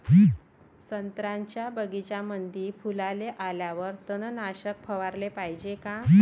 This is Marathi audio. संत्र्याच्या बगीच्यामंदी फुलाले आल्यावर तननाशक फवाराले पायजे का?